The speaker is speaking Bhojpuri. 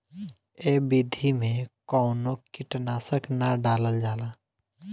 ए विधि में कवनो कीट नाशक ना डालल जाला